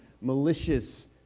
malicious